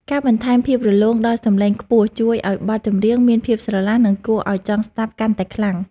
ការបន្ថែមភាពរលោងដល់សំឡេងខ្ពស់ជួយឱ្យបទចម្រៀងមានភាពស្រឡះ និង គួរឱ្យចង់ស្ដាប់កាន់តែខ្លាំង។